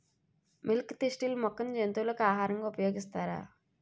Milk thistle మొక్కను జంతువులకు ఆహారంగా ఉపయోగిస్తారా?